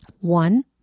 One